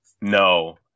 no